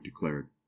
declared